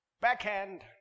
backhand